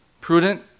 prudent